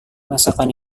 masakan